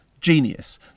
genius